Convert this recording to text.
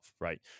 right